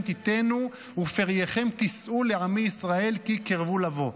תתנו ופריכם תשאו לעמי ישראל כי קרבו לבוא".